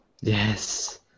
Yes